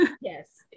yes